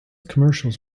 commercials